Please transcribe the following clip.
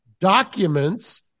documents